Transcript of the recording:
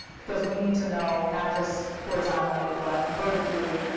because we need to know not just horizontally, but vertically,